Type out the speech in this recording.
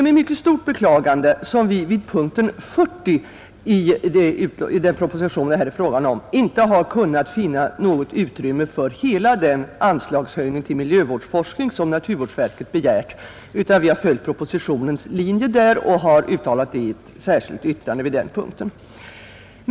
Med mycket stort beklagande har vi vid punkten 40 i det betänkande det här är fråga om inte kunnat finna något utrymme för hela den anslagshöjning till miljövårdsforskning som naturvårdsverket har begärt, utan vi har följt propositionens linje där. Vi har avgivit ett särskilt yttrande vid den punkten.